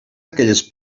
aquelles